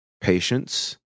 patience